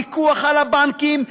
הפיקוח על הבנקים,